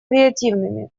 креативными